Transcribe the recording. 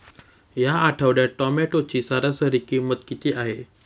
या आठवड्यात टोमॅटोची सरासरी किंमत किती आहे?